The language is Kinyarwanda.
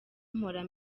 mpora